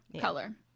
color